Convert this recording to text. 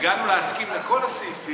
הגענו להסכמה על כל הסעיפים.